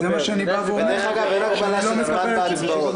--- בהצבעות.